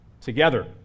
together